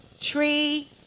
tree